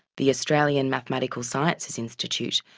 the australian mathematical sciences institute,